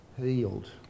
healed